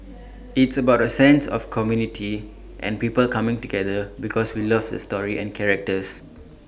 it's about A sense of community and people coming together because we love the story and characters